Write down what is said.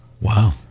Wow